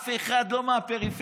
אף אחד מהפריפריה,